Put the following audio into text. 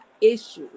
issues